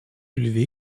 élevé